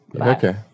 Okay